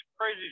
crazy